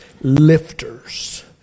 lifters